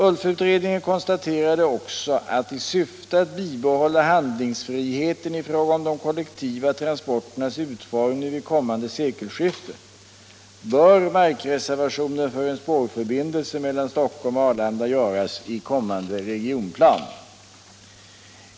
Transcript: ULF-utredningen konstaterade också att, i syfte att bibehålla handlingsfriheten i fråga om de kollektiva transporternas utformning vid kommande sekelskifte, bör markreservationer för en spårförbindelse mellan Stockholm och Arlanda göras i kommande regionplan.